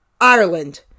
Ireland